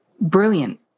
brilliant